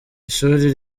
ishuri